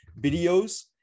videos